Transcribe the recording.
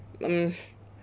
mm